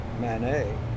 Manet